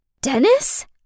Dennis